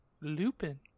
Lupin